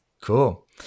Cool